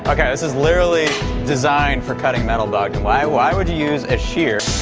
ah okay this is literally designed for cutting metal bogdan. why why would you use a shear?